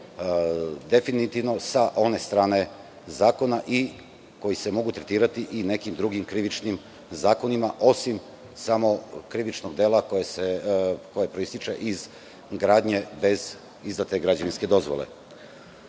definitivno sa one strane zakona i koji se mogu tretirati i nekim drugim krivičnim zakonima, osim samo krivičnog dela koje proističe iz gradnje bez izdate građevinske dozvole. Mi